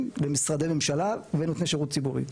למשרדי ממשלה ונותני שירות ציבורי.